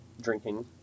drinking